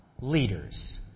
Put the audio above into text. leaders